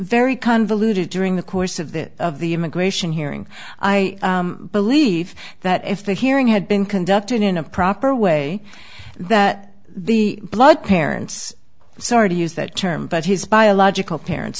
very convoluted during the course of this of the immigration hearing i believe that if the hearing had been conducted in a proper way that the blood parents sorry to use that term but his biological parents